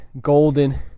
golden